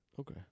Okay